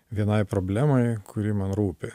vienai problemai kuri man rūpi